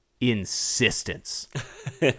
insistence